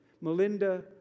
Melinda